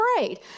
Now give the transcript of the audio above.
afraid